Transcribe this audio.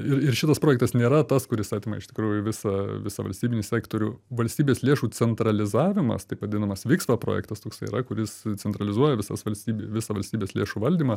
ir ir šitas projektas nėra tas kuris atima iš tikrųjų visą visą valstybinį sektorių valstybės lėšų centralizavimas taip vadinamas vyksta projektas toksai yra kuris centralizuoja visas valstyb visą valstybės lėšų valdymą